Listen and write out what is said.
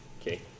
Okay